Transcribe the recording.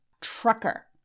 trucker